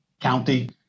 county